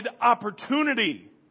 opportunity